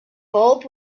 bulb